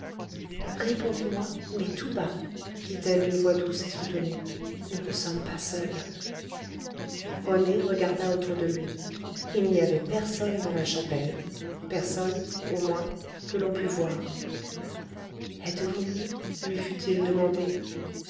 répondez-moi mais tout bas dit-elle d'une voix douce et soutenue nous ne sommes pas seuls rené regarda autour de lui il n'y avait personne dans la chapelle personne au moins que l'on pût voir êtes-vous mieux lui fut-il demandé